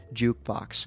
jukebox